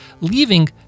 leaving